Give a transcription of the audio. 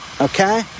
okay